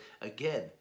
again